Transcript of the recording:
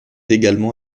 également